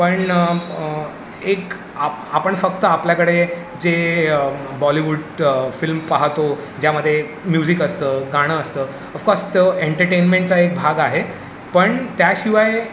पण एक आप आपण फक्त आपल्याकडे जे बॉलीवूड फिल्म पाहतो ज्यामध्ये म्युझिक असतं गाणं असतं ऑफकॉर्स तो एंटरटेनमेंटचा एक भाग आहे पण त्याशिवाय